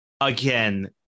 again